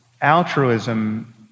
altruism